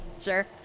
Sure